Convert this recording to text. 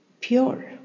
pure